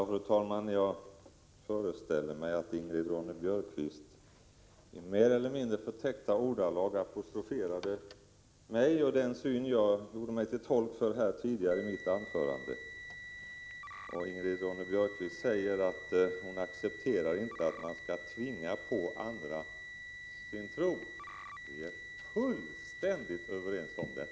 Fru talman! Jag föreställer mig att Ingrid Ronne-Björkqvist i mer eller mindre förtäckta ordalag apostroferade mig och den syn jag gjorde mig till tolk för i mitt anförande. Ingrid Ronne-Björkqvist säger att hon inte accepterar att man skall tvinga på andra sin tro. Vi är fullständigt överens om detta!